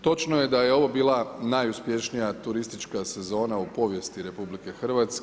Točno je da je ovo bila najuspješnija turistička sezona u povijesti RH.